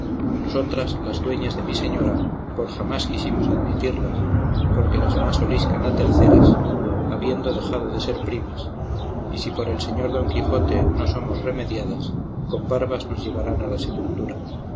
nosotras las dueñas de mi señora por jamás quisimos admitirlas porque las más oliscan a terceras habiendo dejado de ser primas y si por el señor don quijote no somos remediadas con barbas nos llevarán a la sepultura